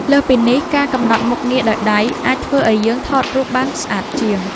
លើសពីនេះ ការកំណត់មុខងារដោយដៃ អាចធ្វើឱ្យយើងថតរូបបានស្អាតជាង។